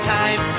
time